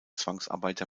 zwangsarbeiter